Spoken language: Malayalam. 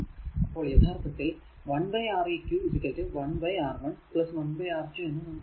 അപ്പോൾ യഥാർത്ഥത്തിൽ 1 R eq 1 R1 1 R2 എന്ന് നമുക്ക് എഴുതാം